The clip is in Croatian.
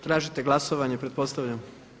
Tražite glasovanje pretpostavljam.